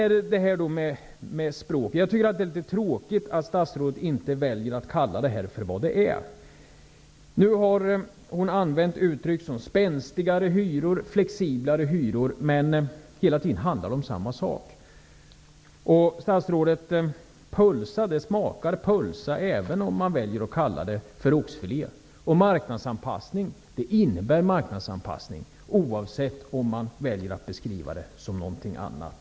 Sedan har vi språket. Jag tycker att det är tråkigt att statsrådet inte väljer att kalla detta för vad det är. Nu har hon använt uttryck som spänstigare hyror och flexiblare hyror. Men hela tiden handlar det om samma sak. Statsrådet! Pölsa smakar pölsa, även om man väljer att kalla det för oxfilé. Marknadsanpassning innebär marknadsanpassning, oavsett om man väljer att beskriva det som någonting annat.